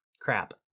crap